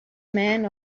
men